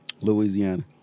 Louisiana